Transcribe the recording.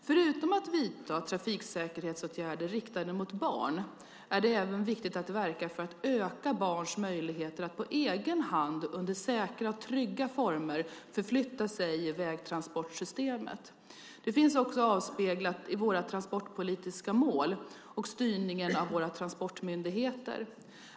Förutom att vidta trafiksäkerhetsåtgärder riktade mot barn är det även viktigt att verka för att öka barns möjligheter att på egen hand under säkra och trygga former förflytta sig i vägtransportsystemet. Detta finns också avspeglat i våra transportpolitiska mål och i styrningen av våra transportmyndigheter.